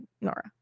Nora